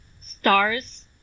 stars